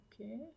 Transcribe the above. Okay